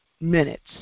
minutes